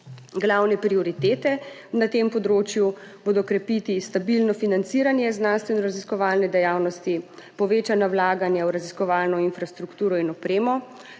Glavne prioritete na tem področju bodo krepiti stabilno financiranje znanstvenoraziskovalne dejavnosti, povečana vlaganja v raziskovalno infrastrukturo in opremo,